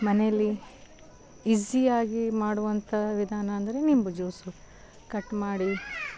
ಮನೆಯಲ್ಲಿ ಈಸ್ಸಿ ಆಗಿ ಮಾಡುವಂಥ ವಿಧಾನ ಅಂದರೆ ನಿಂಬು ಜ್ಯೂಸು ಕಟ್ ಮಾಡಿ